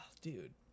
dude